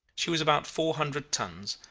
she was about four hundred tons,